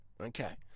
Okay